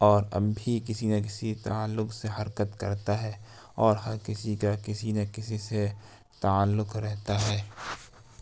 اور اب بھی کسی نہ کسی تعلق سے حرکت کرتا ہے اور ہر کسی کا کسی نہ کسی سے تعلق رہتا ہے